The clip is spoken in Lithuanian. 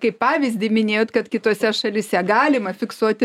kaip pavyzdį minėjot kad kitose šalyse galima fiksuoti